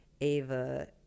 Ava